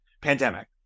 pandemic